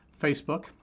Facebook